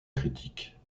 critique